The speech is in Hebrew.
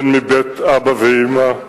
מבית אבא ואמא,